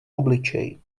obličeji